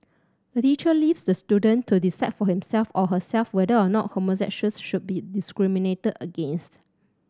the teacher leaves the student to decide for himself or herself whether or not homosexuals should be discriminated against